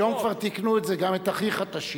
היום כבר תיקנו את זה, גם את אחיך תשיך.